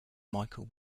michael